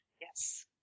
yes